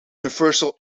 universal